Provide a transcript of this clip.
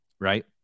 right